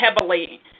heavily